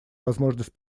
возможность